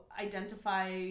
Identify